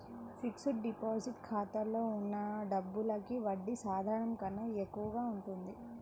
fixed deposit ఖాతాలో ఉన్న డబ్బులకి వడ్డీ సాధారణం కన్నా ఎక్కువగా ఉంటుంది